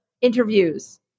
interviews